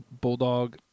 Bulldog